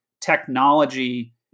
technology